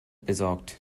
besorgt